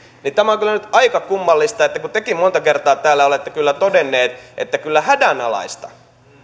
tämä on kyllä nyt aika kummallista kun tekin monta kertaa täällä olette todenneet että kyllä hädänalaista